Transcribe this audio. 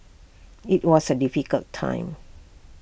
IT was A difficult time